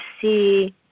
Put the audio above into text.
see